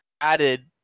added